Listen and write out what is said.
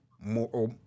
more